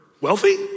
wealthy